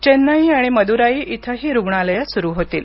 चेन्नई आणि मदुराई इथं ही रुग्णालयं सुरू होतील